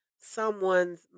someone's